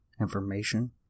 information